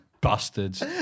bastards